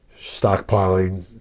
stockpiling